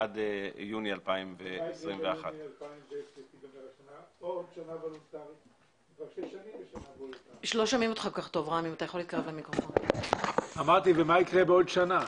עד יוני 2021. ומה יקרה בעוד שנה?